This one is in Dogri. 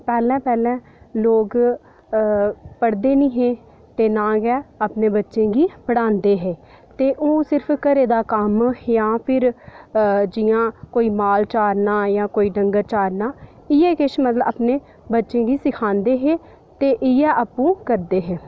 पैह्लें पैह्लें लोक पढ़दे निं हे ते ना गै अपने बच्चें गी पढ़ांदे हे ओह् सिर्फ अपने घरै दा कम्म जां फ्ही जि'यां कोई माल चारना जां डंगर चारना इ'यै किश मतलब बच्चें गी सखांदे हे ते इ'यै किश आपूं करदे हे